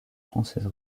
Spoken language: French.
française